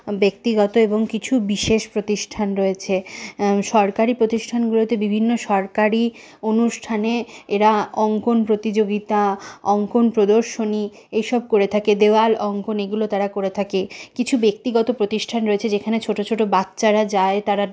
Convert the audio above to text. ব্যক্তিগত এবং কিছু বিশেষ প্রতিষ্ঠান রয়েছে সরকারি প্রতিষ্ঠানগুলোতে বিভিন্ন সরকারি অনুষ্ঠানে এরা অঙ্কন প্রতিযোগিতা অঙ্কন প্রদর্শনী এসব করে থাকে দেওয়াল অঙ্কন এগুলো তারা করে থাকে কিছু ব্যক্তিগত প্রতিষ্ঠান রয়েছে যেখানে ছোট ছোট বাচ্চারা যায় তারা